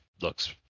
looks